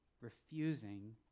refusing